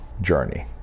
journey